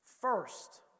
first